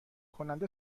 کننده